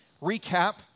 recap